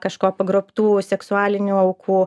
kažko pagrobtų seksualinių aukų